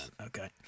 Okay